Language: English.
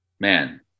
man